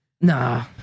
Nah